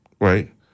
right